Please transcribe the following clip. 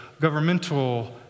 governmental